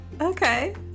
okay